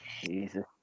Jesus